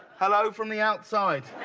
hello from the outside.